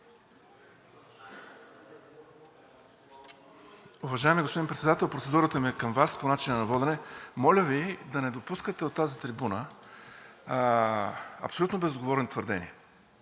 Уважаеми господин Председател, процедурата ми е към Вас – по начина на водене. Моля Ви да не допускате от тази трибуна абсолютно безотговорни твърдения,